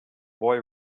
boy